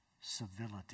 civility